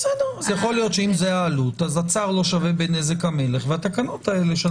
אז יכול להיות שאם זו העלות אז הצר לא שווה בנזק המלך והתקנות האלה,